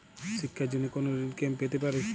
শিক্ষার জন্য কোনো ঋণ কি আমি পেতে পারি?